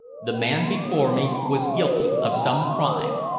the man before me was guilty of some crime,